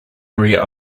area